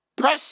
press